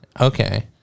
Okay